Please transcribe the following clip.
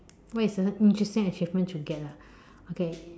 what is the interesting achievement I should get ah okay